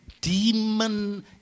Demon